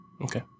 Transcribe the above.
Okay